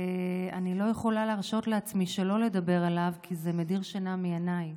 אני לא יכולה להרשות לעצמי שלא לדבר עליו כי זה מדיר שינה מעיניי.